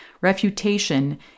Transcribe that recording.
refutation